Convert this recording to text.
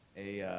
a